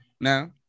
No